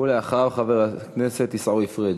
ואחריו, חבר הכנסת עיסאווי פריג'.